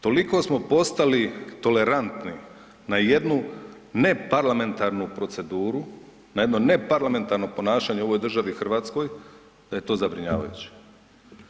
Toliko smo postali tolerantni na jednu neparlamentarnu proceduru, na jedno neparlamentarno ponašanje u ovoj državi Hrvatskoj da je to zabrinjavajuće.